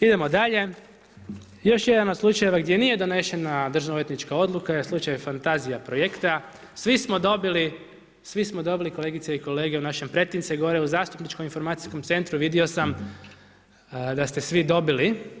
Idemo dalje, još jedan od slučajeva gdje nije donešena državnoodvjetnička odluka je slučaj Fantazija projekta, svi smo dobili kolegice i kolege, u naše pretince gore u zastupničko-informacijskom centru vidio sam da ste svi dobili.